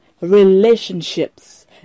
relationships